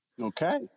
okay